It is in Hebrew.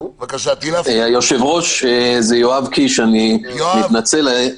היושב-ראש, אני מתנצל.